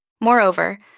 Moreover